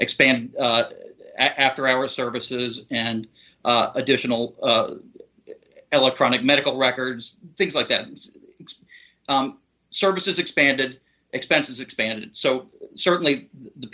expanding after our services and additional electronic medical records things like that and services expanded expenses expanded so certainly the